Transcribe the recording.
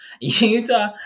Utah